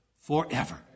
forever